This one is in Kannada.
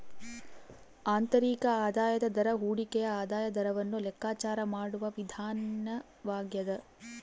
ಆಂತರಿಕ ಆದಾಯದ ದರ ಹೂಡಿಕೆಯ ಆದಾಯದ ದರವನ್ನು ಲೆಕ್ಕಾಚಾರ ಮಾಡುವ ವಿಧಾನವಾಗ್ಯದ